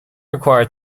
required